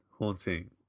haunting